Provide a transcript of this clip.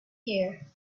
here